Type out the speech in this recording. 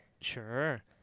Sure